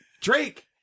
Drake